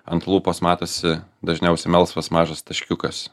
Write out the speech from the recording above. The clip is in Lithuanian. ant lūpos matosi dažniausiai melsvas mažas taškiukas